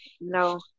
no